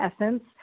essence